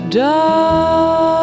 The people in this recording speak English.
dark